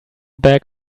bag